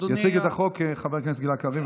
יציג את החוק חבר הכנסת גלעד קריב.